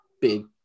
big